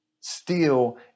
steal